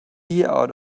out